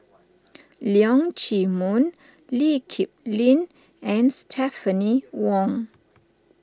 Leong Chee Mun Lee Kip Lin and Stephanie Wong